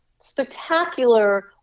spectacular